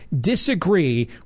disagree